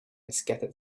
scattered